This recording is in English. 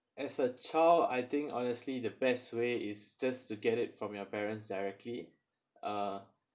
as a child I think honestly the best way is just to get it from your parents directly uh